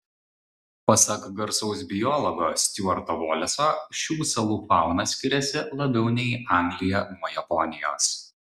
pasak garsaus biologo stiuarto voleso šių salų fauna skiriasi labiau nei anglija nuo japonijos